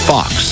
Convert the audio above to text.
Fox